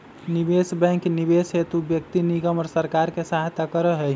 निवेश बैंक निवेश हेतु व्यक्ति निगम और सरकार के सहायता करा हई